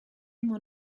mon